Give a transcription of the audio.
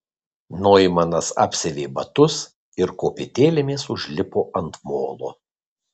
noimanas apsiavė batus ir kopėtėlėmis užlipo ant molo